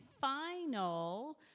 final